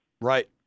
Right